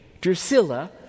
Drusilla